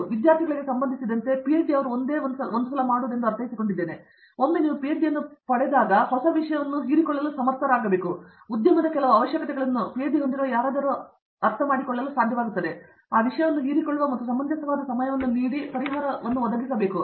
ಆದರೆ ವಿದ್ಯಾರ್ಥಿಗಳಿಗೆ ಸಂಬಂಧಿಸಿದಂತೆ ಪಿಎಚ್ಡಿ ಒಮ್ಮೆ ಎಂದು ನಾನು ಅರ್ಥಮಾಡಿಕೊಂಡಿದ್ದೇನೆ ಒಮ್ಮೆ ನೀವು ಪಿಹೆಚ್ಡಿ ಅನ್ನು ಪಡೆದಾಗ ನೀವು ಒಂದು ಪಿಎಚ್ಡಿ ಅನ್ನು ಪಡೆದುಕೊಳ್ಳುತ್ತಿದ್ದರೆ ಹೊಸ ವಿಷಯವನ್ನು ನೀವು ಹೀರಿಕೊಳ್ಳಲು ಸಮರ್ಥರಾಗಿದ್ದರೆ ಉದ್ಯಮದ ಕೆಲವು ಅವಶ್ಯಕತೆಗಳನ್ನು ಪಿಎಚ್ಡಿ ಹೊಂದಿರುವ ಯಾರಾದರೂ ಅರ್ಥಮಾಡಿಕೊಳ್ಳಲು ಸಾಧ್ಯವಾಗುತ್ತದೆ ಆ ವಿಷಯವನ್ನು ಹೀರಿಕೊಳ್ಳುವ ಮತ್ತು ಒಂದು ಸಮಂಜಸವಾದ ಸಮಯವನ್ನು ನೀಡಿದ ಪರಿಹಾರವನ್ನು ಒದಗಿಸಬೇಕು